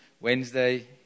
Wednesday